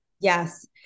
Yes